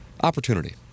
Opportunity